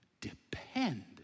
depend